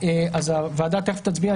הוועדה תכף תצביע.